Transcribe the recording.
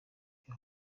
byo